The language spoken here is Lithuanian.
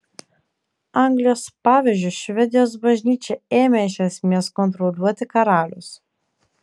anglijos pavyzdžiu švedijos bažnyčią ėmė iš esmės kontroliuoti karalius